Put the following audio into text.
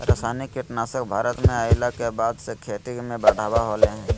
रासायनिक कीटनासक भारत में अइला के बाद से खेती में बढ़ावा होलय हें